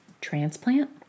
Transplant